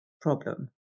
problem